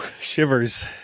shivers